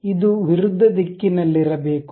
ಆದ್ದರಿಂದ ಇದು ವಿರುದ್ಧ ದಿಕ್ಕಿನಲ್ಲಿರಬೇಕು